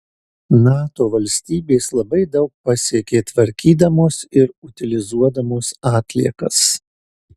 nato valstybės labai daug pasiekė tvarkydamos ir utilizuodamos atliekas